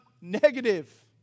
negative